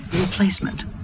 replacement